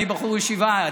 אני בחור ישיבה,